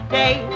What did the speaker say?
day